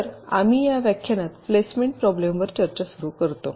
तर आम्ही या व्याख्यानात प्लेसमेंट प्रॉब्लेमवर चर्चा सुरू करतो